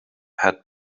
had